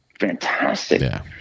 Fantastic